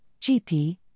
GP